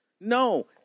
No